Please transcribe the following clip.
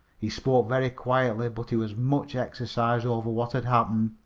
he spoke very quietly, but he was much exercised over what had happened.